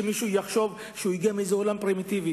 שמישהו יחשוב שהוא הגיע מאיזה עולם פרימיטיבי.